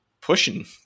pushing